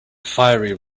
fiery